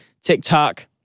TikTok